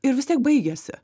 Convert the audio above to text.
ir vis tiek baigėsi